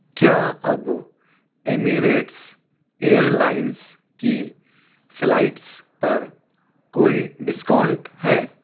کیا اب Emirates airlines کی فلائٹس پر کوئی ڈسکاؤنٹ ہے